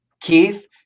Keith